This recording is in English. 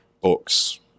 books